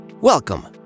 Welcome